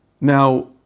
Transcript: Now